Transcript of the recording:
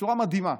בצורה מדהימה,